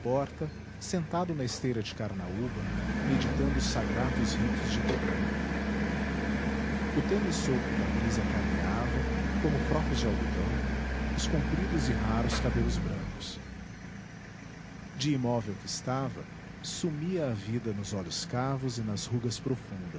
porta sentado na esteira de carnaúba meditando os sagrados ritos de tupã o tênue sopro da brisa carmeava como frocos de algodão os compridos e raros cabelos brancos de imóvel que estava sumia a vida nos olhos cavos e nas rugas